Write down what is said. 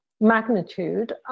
magnitude